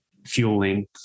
fueling